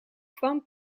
kwam